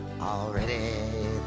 Already